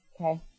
Okay